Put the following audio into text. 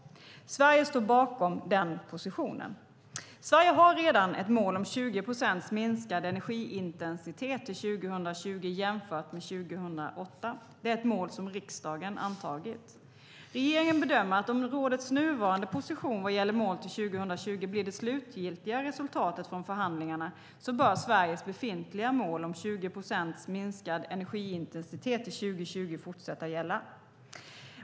Sverige står bakom den positionen. Sverige har redan ett mål om 20 procents minskad energiintensitet till 2020, jämfört med 2008. Det är ett mål som riksdagen antagit. Regeringen bedömer att om rådets nuvarande position vad gäller mål till 2020 blir det slutgiltiga resultatet från förhandlingarna bör Sveriges befintliga mål om 20 procent minskad energiintensitet till 2020 fortsätta gälla.